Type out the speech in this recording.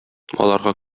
аларга